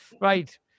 Right